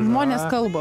žmonės kalba